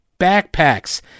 backpacks